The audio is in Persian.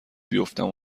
بیفتم